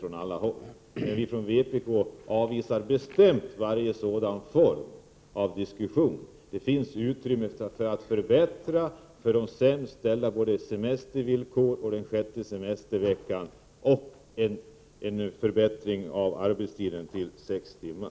Från vpk avvisar vi bestämt varje sådan form av diskussion. Det finns utrymme för att för de sämst ställda införa både den sjätte semesterveckan och att sänka arbetstiden till sex timmar.